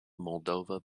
moldova